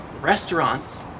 restaurants